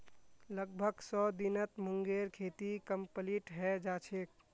लगभग सौ दिनत मूंगेर खेती कंप्लीट हैं जाछेक